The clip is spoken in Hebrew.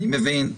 אני מבין.